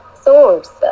source